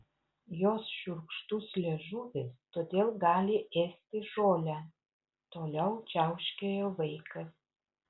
jos šiurkštus liežuvis todėl gali ėsti žolę toliau čiauškėjo vaikas